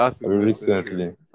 recently